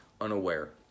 unaware